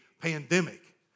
pandemic